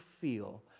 feel